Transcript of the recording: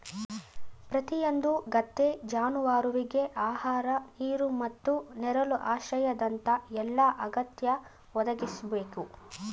ಪ್ರತಿಯೊಂದು ಗದ್ದೆ ಜಾನುವಾರುವಿಗೆ ಆಹಾರ ನೀರು ಮತ್ತು ನೆರಳು ಆಶ್ರಯದಂತ ಎಲ್ಲಾ ಅಗತ್ಯ ಒದಗಿಸ್ಬೇಕು